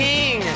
King